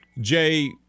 Jay